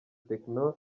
tekno